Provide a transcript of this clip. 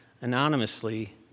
anonymously